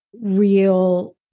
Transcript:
real